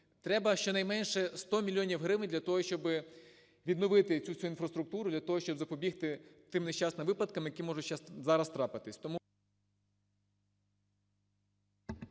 Треба щонайменше 100 мільйонів гривень для того, щоб відновити всю цю інфраструктуру для того, щоб запобігти тим нещасним випадкам, які можуть зараз трапитись.